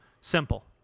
simple